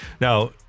Now